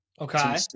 Okay